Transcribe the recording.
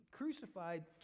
crucified